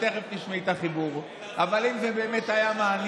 הבנתי, הבנתי, הבנתי.